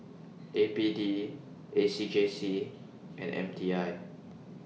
A P D A C J C and M T I